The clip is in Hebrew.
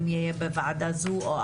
אם זה יהיה בוועדה זו או אחרת.